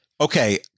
Okay